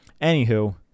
anywho